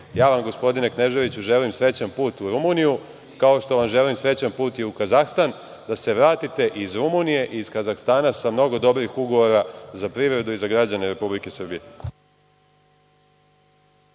vam, gospodine Kneževiću želim srećan put u Rumuniju, kao što vam želim srećan put i u Kazahstan, da se vratite iz Rumunije i Kazahstana sa mnogo dobrih ugovora za privredu i za građane Republike Srbije.